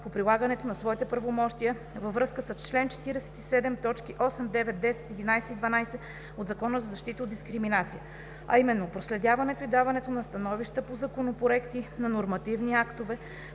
по прилагането на своите правомощия във връзка с чл. 47, точки 8, 9, 10, 11 и 12 от Закона за защита от дискриминация, а именно проследяването и даването на становища по проекти за нормативни актове,